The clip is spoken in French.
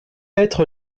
être